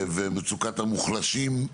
מצוקת המוחלשים,